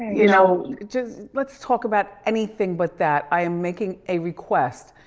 you know, just, let's talk about anything but that. i am making a request.